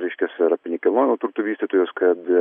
reiškias ir apie nekilnojamo turto vystytojus kad